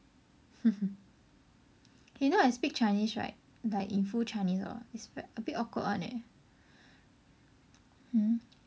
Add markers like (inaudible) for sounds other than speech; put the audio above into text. (laughs) eh you know I speak chinese right like in full chinese hor it's a bit awkward one leh